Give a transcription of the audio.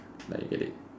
like get it